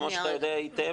כמו שאתה יודע היטב,